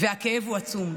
והכאב הוא עצום.